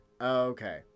okay